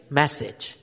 message